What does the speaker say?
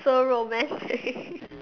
so romantic